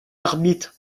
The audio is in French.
arbitre